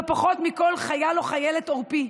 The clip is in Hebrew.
לא פחות מכל חייל או חיילת עורפיים,